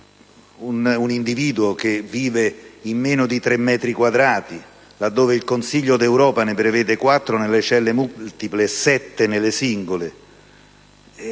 un individuo vive in meno di tre metri quadrati, laddove il Consiglio d'Europa ne prevede 4 nelle celle multiple e 7 singole,